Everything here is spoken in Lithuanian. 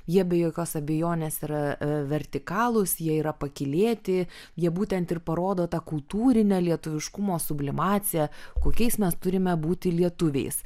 jie be jokios abejonės yra vertikalūs jie yra pakylėti jie būtent ir parodo tą kultūrinę lietuviškumo sublimaciją kokiais mes turime būti lietuviais